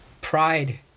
Pride